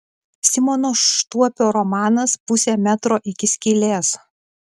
simono štuopio romanas pusė metro iki skylės